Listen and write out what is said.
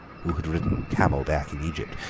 who had ridden camel-back in egypt,